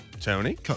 Tony